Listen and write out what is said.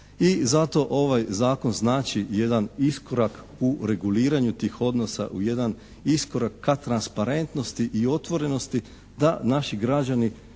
i zato ovaj zakon znači jedan iskorak u reguliranju tih odnosa u jedan iskorak ka transparentnosti i otvorenosti da naši građani